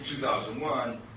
2001